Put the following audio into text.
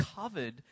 covered